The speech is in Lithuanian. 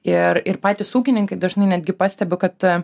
ir ir patys ūkininkai dažnai netgi pastebiu kad